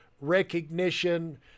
recognition